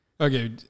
Okay